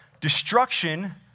destruction